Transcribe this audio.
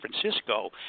Francisco